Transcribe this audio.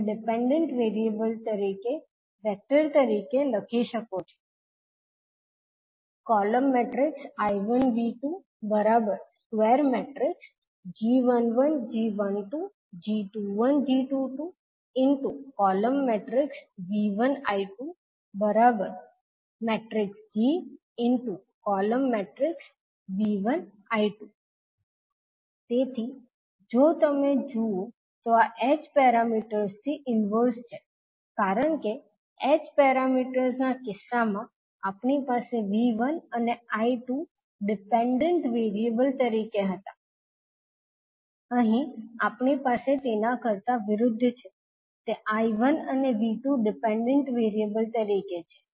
તમે dependent variable vector તરીકે લખી શકો છો તેથી જો તમે જુઓ તો આ h પેરામીટર્સ થી ઇન્વર્ઝ છે કારણ કે h પેરામીટર્સ ના કિસ્સામાં આપણી પાસે V1 અને 𝐈2 ડિપેન્ડન્ટ વેરિએબલ તરીકે હતા અહીં આપણી પાસે તેનાથી વિરુદ્ધ છે તે I1 અને V2 ડિપેન્ડન્ટ વેરિએબલ તરીકે છે